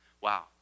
wow